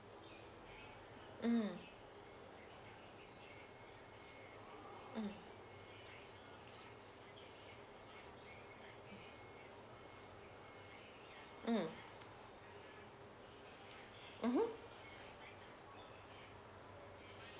mm mm mm mmhmm